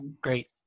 great